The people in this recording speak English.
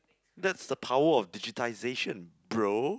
that's the power of digitisation bro